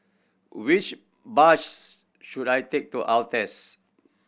which bus should I take to Altez